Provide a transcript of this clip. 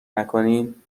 نکنین